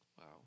wow